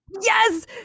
Yes